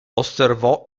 osservò